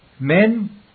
Men